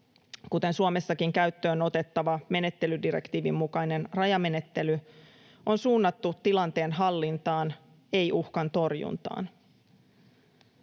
kuten Suomessakin käyttöön otettava menettelydirektiivin mukainen rajamenettely, on suunnattu tilanteen hallintaan, ei uhkan torjuntaan.